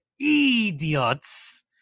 idiots